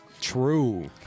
True